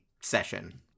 session